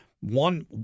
one